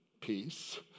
peace